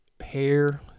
hair